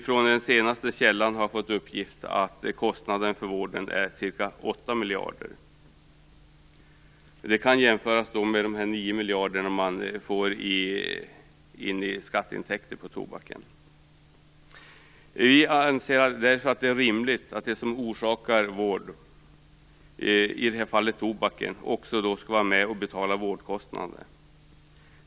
Från den senaste källan har jag fått i uppgift att kostnaden för vården är ca 8 miljarder. Det kan jämföras med de 9 miljarder man får in i skatteintäkter på tobaken. Vi anser därför att det är rimligt att det som orsakar vård, i det här fallet tobaken, också skall vara med och betala vårdkostnaderna.